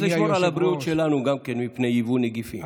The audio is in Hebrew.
וצריך גם לשמור על הבריאות שלנו מפני יבוא נגיפים.